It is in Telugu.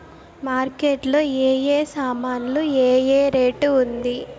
మార్కెట్ లో ఏ ఏ సామాన్లు ఏ ఏ రేటు ఉంది?